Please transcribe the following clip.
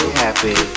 happy